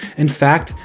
in fact,